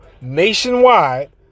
nationwide